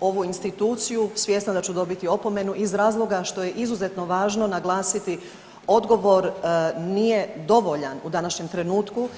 ovu instituciju svjesna da ću dobiti opomenu iz razloga što je izuzetno važno naglasiti odgovor nije dovoljan u današnjem trenutku.